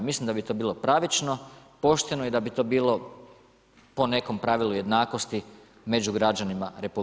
Mislim da bi to bilo pravično, pošteno i da bi to bilo po nekom pravilu jednakosti, među građanima RH.